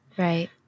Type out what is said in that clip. Right